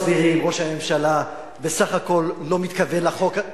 מסבירים: ראש הממשלה בסך הכול לא מתכוון לחוק,